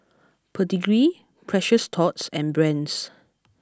Pedigree Precious Thots and Brand's